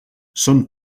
són